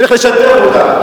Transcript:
צריך לשתף אותה.